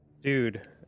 Dude